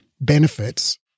Benefits